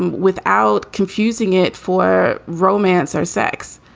without confusing it for romance or sex?